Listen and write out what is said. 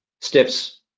steps